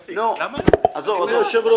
עזוב, עזוב.